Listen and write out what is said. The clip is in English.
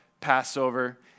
Passover